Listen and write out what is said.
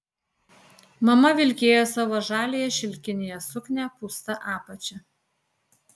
mama vilkėjo savo žaliąją šilkinę suknią pūsta apačia